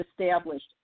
established